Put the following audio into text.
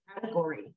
category